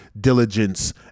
diligence